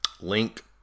Link